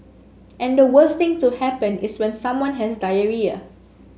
and the worst thing to happen is when someone has diarrhoea